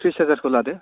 थ्रिस हाजारखौ लादो